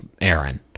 Aaron